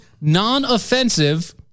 non-offensive